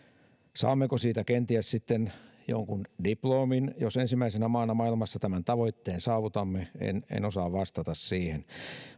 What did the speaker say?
saammeko siitä kenties sitten jonkun diplomin jos ensimmäisenä maana maailmassa tämän tavoitteen saavutamme en en osaa vastata siihen